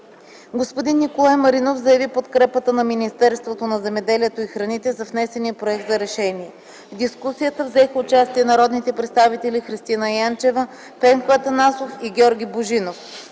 Господин Николай Маринов заяви подкрепата на Министерството на земеделието и храните за внесения проект за решение. В дискусията взеха участие народните представители Христина Янчева, Пенко Атанасов и Георги Божинов.